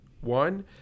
One